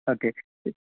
okay